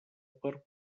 per